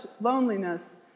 loneliness